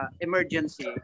emergency